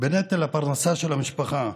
בנטל הפרנסה של המשפחה: